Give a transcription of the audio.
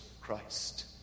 Christ